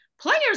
Players